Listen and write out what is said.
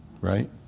right